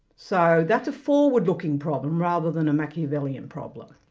so that's a forward-looking problem rather than a machiavellian problem.